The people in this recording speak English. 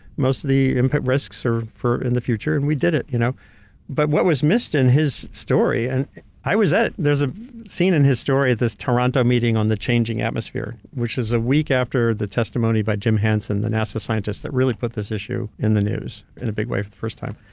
most of the risks are for in the future, and we did it. you know but, what was missed in his story, and i was at. there's a scene in his story, this toronto meeting on the changing atmosphere. which is a week after the testimony by jim hanson, the nasa scientist that really put this issue in the news, in a big way, for the first time.